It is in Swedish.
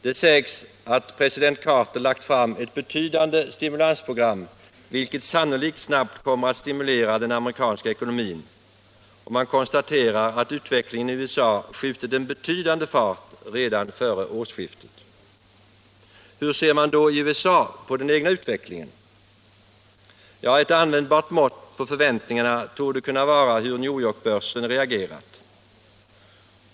Det sägs att president Carter lagt fram ett betydande stimulansprogram, vilket sannolikt snabbt kommer att stimulera den amerikanska ekonomin, och det konstateras att utvecklingen i USA tagit en betydande fart redan före årsskiftet. Hur ser man då i USA på den egna utvecklingen? Ja, ett användbart mått på förväntningarna torde kunna vara hur New York-börsen reagerat.